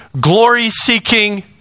glory-seeking